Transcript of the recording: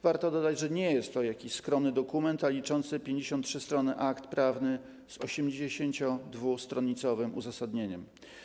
Warto dodać, że nie jest to jakiś skromny dokument, a liczący 53 strony akt prawny z 82-stronicowym uzasadnieniem.